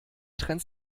trennt